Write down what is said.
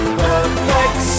perfect